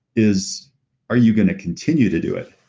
is are you going to continue to do it?